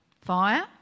Fire